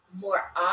more